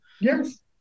Yes